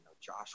Josh